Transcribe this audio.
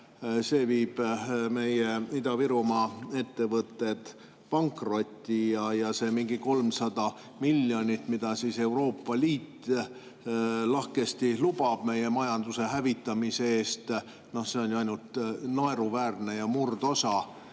see viib meie Ida-Virumaa ettevõtted pankrotti. Ja see mingi 300 miljonit, mida Euroopa Liit lahkesti lubab meie majanduse hävitamise eest, on ju naeruväärne ja ainult